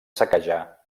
saquejar